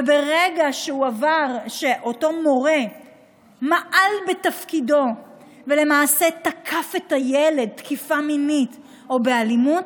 וברגע שאותו מורה מעל בתפקידו ותקף את הילד תקיפה מינית או באלימות,